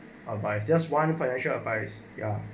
ah but it's just one financial advice ya